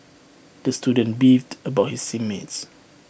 the student beefed about his team mates